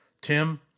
Tim